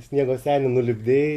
sniego senį nulipdei